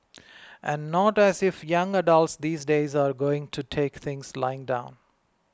and not as if young adults these days are going to take things lying down